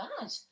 bad